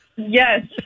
Yes